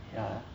ya